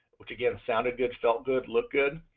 which again sounded good, felt good, looked good,